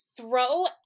Throw